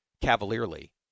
cavalierly